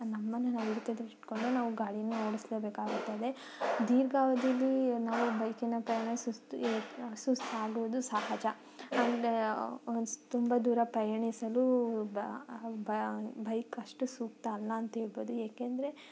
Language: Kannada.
ನಮ್ಮನ್ನು ನಾವು ಹಿಡ್ತದಲ್ಲಿಟ್ಕೊಂಡು ನಾವು ಗಾಡಿನ ಓಡಿಸಲೇಬೇಕಾಗುತ್ತದೆ ದೀರ್ಘಾವಧೀಲಿ ನಾವು ಬೈಕಿನ ಪ್ರಯಾಣ ಸುಸ್ತು ಇರತ್ತೆ ಸುಸ್ತಾಗೋದು ಸಹಜ ಅಂದರೆ ತುಂಬ ದೂರ ಪ್ರಯಾಣಿಸಲು ಬ ಬ ಬೈಕ್ ಅಷ್ಟು ಸೂಕ್ತ ಅಲ್ಲ ಅಂತ ಹೇಳ್ಬೌದು ಏಕೆಂದರೆ